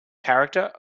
character